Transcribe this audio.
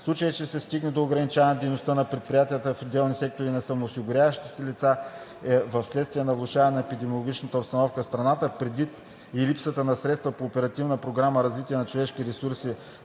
случай че се стигне до ограничаване дейността на предприятия в отделни сектори и на самоосигуряващи се лица вследствие на влошаване на епидемиологичната обстановка в страната, предвид и липсата на средства по Оперативна програма „Развитие на човешките ресурси“